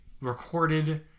recorded